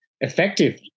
effective